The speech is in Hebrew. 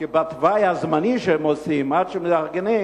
כי בתוואי הזמני שהם עושים, עד שמארגנים,